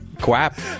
Quap